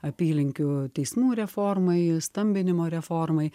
apylinkių teismų reformai stambinimo reformai